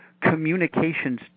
communications